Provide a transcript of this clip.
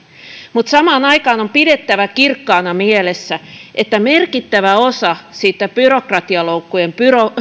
mutta samaan aikaan on pidettävä kirkkaana mielessä että merkittävä osa sitä byrokratialoukkujen